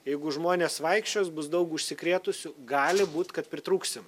jeigu žmonės vaikščios bus daug užsikrėtusių gali būt kad pritrūksim